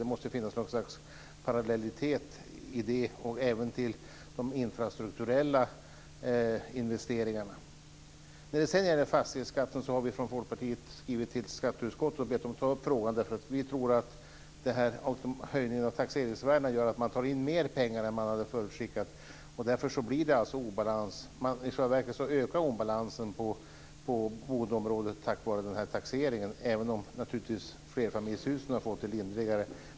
Det måste ju finnas något slags parallellitet även till de infrastrukturella investeringarna. När det sedan gäller fastighetsskatten har vi i Folkpartiet skrivit till skatteutskottet och bett dem ta upp frågan. Vi tror att höjningen av taxeringsvärdena gör att man tar in mer pengar än man hade förutskickat. Därför blir det obalans. I själva verket ökar obalansen på boendeområdet på grund av den här taxeringen, även om flerfamiljshusen naturligtvis har fått det lindrigare.